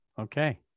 okay